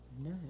No